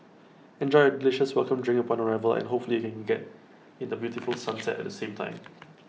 enjoy A delicious welcome drink upon arrival and hopefully you can get in the beautiful sunset at the same time